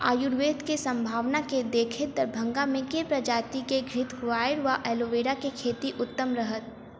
आयुर्वेद केँ सम्भावना केँ देखैत दरभंगा मे केँ प्रजाति केँ घृतक्वाइर वा एलोवेरा केँ खेती उत्तम रहत?